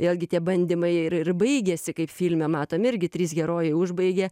vėlgi tie bandymai ir ir baigiasi kaip filme matom irgi trys herojai užbaigia